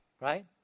right